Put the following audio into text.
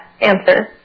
answer